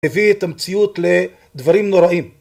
הביא את המציאות לדברים נוראיים.